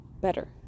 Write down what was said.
better